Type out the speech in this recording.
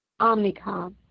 omnicom